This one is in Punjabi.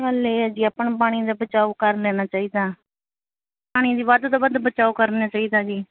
ਗੱਲ ਇਹ ਹੈ ਜੀ ਆਪਾਂ ਨੂੰ ਪਾਣੀ ਦੇ ਬਚਾਓ ਕਰ ਲੈਣਾ ਚਾਹੀਦਾ ਪਾਣੀ ਦੀ ਵੱਧ ਤੋਂ ਵੱਧ ਬਚਾਓ ਕਰਨਾ ਚਾਹੀਦਾ ਜੀ